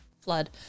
flood